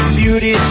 beauty